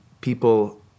people